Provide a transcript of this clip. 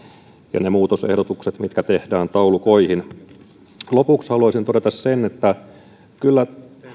ja ne muutosehdotukset jotka tehdään taulukoihin lopuksi haluaisin todeta sen että kyllä